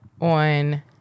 on